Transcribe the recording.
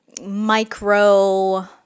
micro